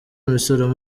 imisoro